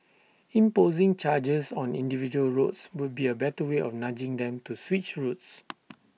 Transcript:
imposing charges on individual roads would be A better way of nudging them to switch routes